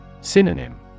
Synonym